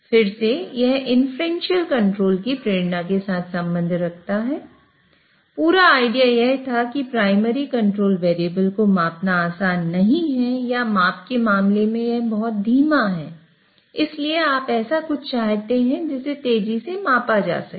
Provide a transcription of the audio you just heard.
फिर से यह इन्फ्रेंशियल कंट्रोल की प्रेरणा के साथ संबंध रखता है पूरा आईडिया यह था कि प्राइमरी कंट्रोल वेरिएबल को मापना आसान नहीं है या माप के मामले में बहुत धीमा है इसलिए आप ऐसा कुछ चाहते हैं जिसे तेजी से मापा जा सके